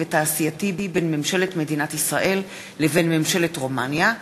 ותעשייתי בין ממשלת מדינת ישראל לבין ממשלת רומניה,